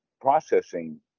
processing